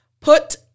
put